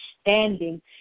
standing